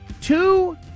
Two